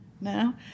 now